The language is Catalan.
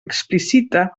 explicita